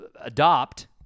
Adopt